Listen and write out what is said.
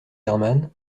herman